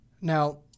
Now